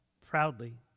Proudly